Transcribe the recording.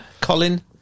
Colin